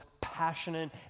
passionate